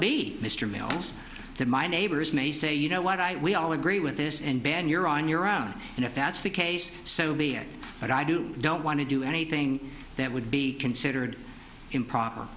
be mr mills that my neighbors may say you know what i we all agree with this and bad you're on your own and if that's the case so be it but i do don't want to do anything that would be considered improper